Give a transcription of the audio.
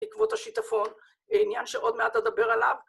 עקבות השיטפון, עניין שעוד מעט אדבר עליו